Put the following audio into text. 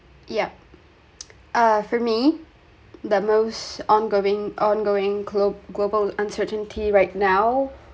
yeah ah for me the most ongoing ongoing glo~ global uncertainty right now